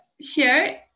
share